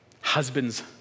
husbands